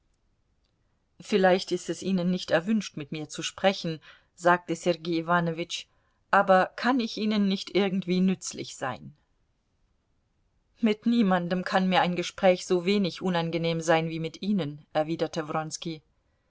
vielleicht ist es ihnen nicht erwünscht mit mir zu sprechen sagte sergei iwanowitsch aber kann ich ihnen nicht irgendwie nützlich sein mit niemandem kann mir ein gespräch so wenig unangenehm sein wie mit ihnen erwiderte